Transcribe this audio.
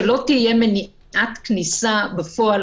הייתה שלא תהיה מניעת כניסה בפועל